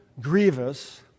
grievous